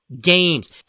games